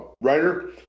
writer